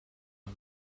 are